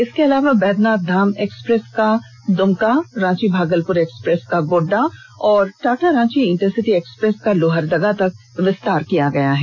इसके अलावा बैधनाथधाम एक्सप्रेस का दुमका रांची भागलपुर एक्सप्रेस का गोड्डा और टाटा रांची इंटरसिटी एक्सप्रेस का लोहरदगा तक विस्तार किया गया है